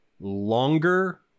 longer